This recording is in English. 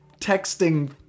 texting